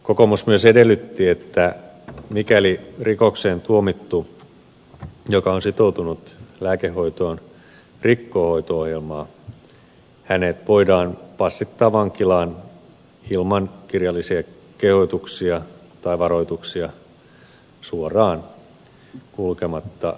kokoomus myös edellytti että mikäli rikokseen tuomittu joka on sitoutunut lääkehoitoon rikkoo hoito ohjelmaa hänet voidaan passittaa vankilaan ilman kirjallisia kehotuksia tai varoituksia suoraan kulkematta lähtöruudun kautta